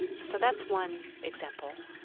so that's one example